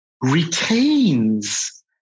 retains